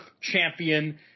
champion